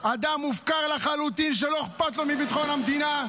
אדם מופקר לחלוטין שלא אכפת לו מביטחון המדינה.